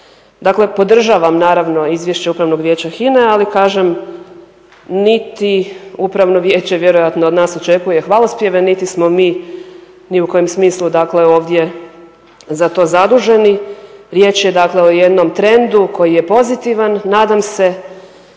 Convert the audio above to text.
Dakle, podržavam naravno izvješće Upravnog vijeća HINA-e, ali kažem niti Upravno vijeće vjerojatno od nas očekuje hvalospjeve, niti smo mi ni u kojem smislu dakle ovdje za to zaduženi. Riječ je dakle o jednom trendu koji je pozitivan, nadam se.